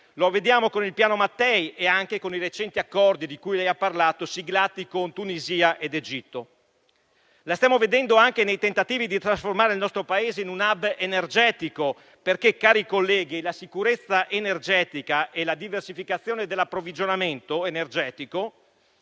lo vediamo con il Piano Mattei e anche con i recenti accordi di cui lei ha parlato, siglati con Tunisia ed Egitto. Lo stiamo vedendo anche nei tentativi di trasformare il nostro Paese in un *hub* energetico, perché, cari colleghi, la sicurezza energetica e la diversificazione dell'approvvigionamento energetico